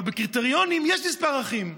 אבל בקריטריונים יש מספר אחים.